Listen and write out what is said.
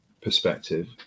perspective